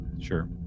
sure